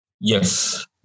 Yes